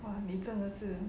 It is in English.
!wah! 你真的是